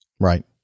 Right